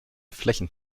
flächen